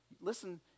Listen